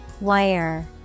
Wire